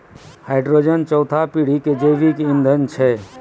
hydrogen चौथा पीढ़ी के जैविक ईंधन छै